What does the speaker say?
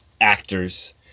actors